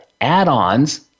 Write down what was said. add-ons